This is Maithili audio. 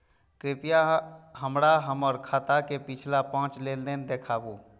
कृपया हमरा हमर खाता के पिछला पांच लेन देन दिखाबू